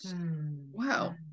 Wow